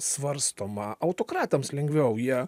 svarstoma autokratams lengviau jie